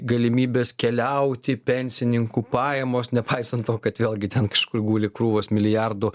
gi gali galimybės keliauti pensininkų pajamos nepaisant to kad vėlgi ten kažkur guli krūvos milijardų